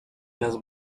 las